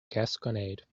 gasconade